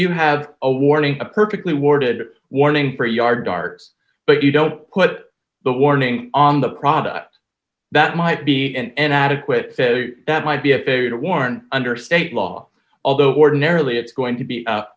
you have a warning a perfectly worded warning for yard guards but you don't put the warning on the product that might be and adequate that might be a warrant under state law although ordinarily it's going to be